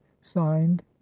signed